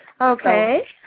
Okay